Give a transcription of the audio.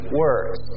words